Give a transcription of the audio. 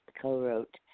co-wrote